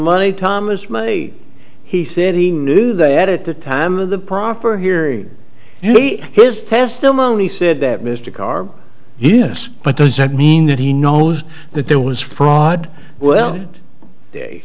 money thomas murray he said he knew that at the time of the proper here his testimony said that mr carr is but does that mean that he knows that there was fraud well they